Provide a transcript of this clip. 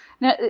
Now